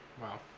Wow